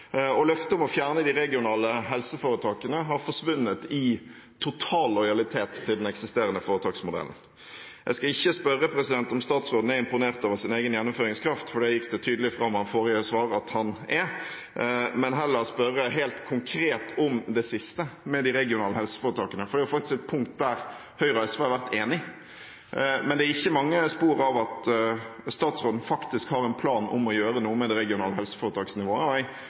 og løftet om å fjerne de regionale helseforetakene har forsvunnet i total lojalitet til den eksisterende foretaksmodellen. Jeg skal ikke spørre om statsråden er imponert over sin egen gjennomføringskraft, for det gikk det tydelig fram av forrige svar at han er, men heller spørre helt konkret om det siste, de regionale helseforetakene, for det er faktisk et punkt der Høyre og SV har vært enige. Men det er ikke mange spor av at statsråden faktisk har en plan om å gjøre noe med det regionale helseforetaksnivået.